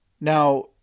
Now